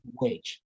wage